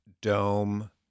dome